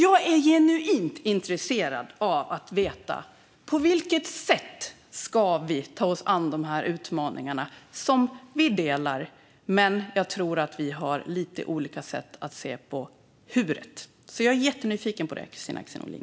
Jag är genuint intresserad av att veta på vilket sätt vi ska ta oss an de här utmaningarna. Vi delar bilden, men jag tror att vi har lite olika sätt att se på hur:et. Jag är jättenyfiken på det, Kristina Axén Olin.